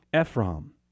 Ephraim